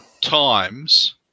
times